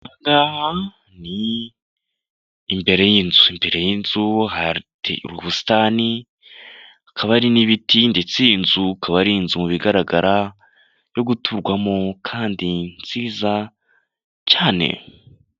Imbere y'inzu imbere y'inzu ubusitani akaba ari n'ibiti ndetse iyi nzu ikaba ari inzu mu bigaragara yo guturwamo kandi nziza cyane.